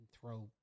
throw